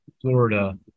Florida